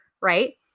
right